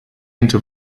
into